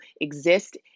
exist